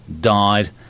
Died